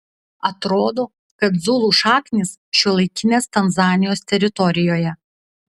atrodo kad zulų šaknys šiuolaikinės tanzanijos teritorijoje